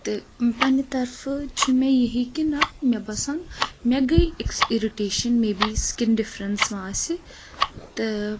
تہٕ پَننہِ طرفہٕ چھِ مےٚ یہی کہِ نہ مےٚ باسان مےٚ گٔے أکِس اِرِٹیشَن مے بی سِکِن ڈِفرَنس ما آسہِ تہٕ